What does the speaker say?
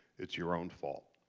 it's your own fault.